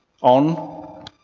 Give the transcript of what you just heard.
on